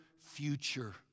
future